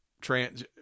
trans